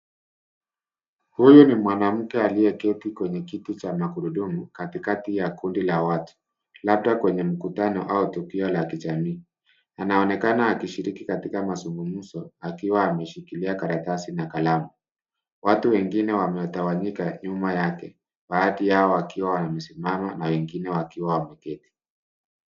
Huyu ni mwanamke aliyeketi kwenye kiti cha magurudumu katikati ya kundi la watu. Labda kwenye mkutano au tukio la kijamii. Anaonekana akishiriki katika mazungumzo akiwa ameshikilia karatasi na kalamu. Watu wengine wametawanyika nyuma yake , baathi yao wakiwa wamesimama na wengine wakiwa wameketi.